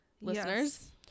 listeners